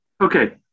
okay